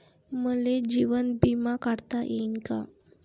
मले जीवन बिमा काढता येईन का?